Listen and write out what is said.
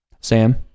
Sam